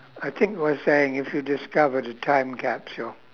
I think we're saying if you discovered a time capsule